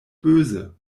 böse